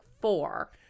four